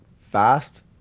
fast